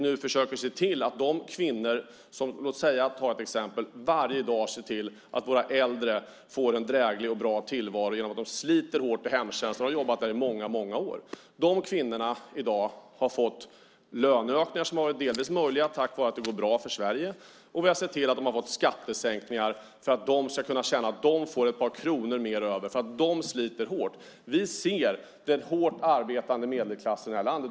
Nu försöker vi se till att de kvinnor som, för att ta ett exempel, varje dag ser till att våra äldre får en dräglig tillvaro och sliter många år i hemtjänsten får förbättringar. De kvinnorna har i dag fått löneökningar som delvis har blivit möjliga tack vare att det har gått bra för Sverige. Vi har också sett till att de har fått skattesänkningar, så att de ska kunna känna att de får några kronor mer över för att de sliter hårt. Vi ser den hårt arbetande medelklassen i det här landet.